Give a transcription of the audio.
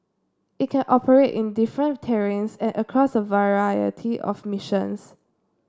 it can operate in different terrains and across a variety of missions